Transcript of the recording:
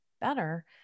better